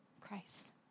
Christ